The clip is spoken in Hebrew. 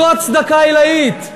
זו הצדקה עילאית.